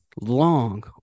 long